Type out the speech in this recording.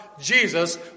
Jesus